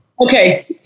okay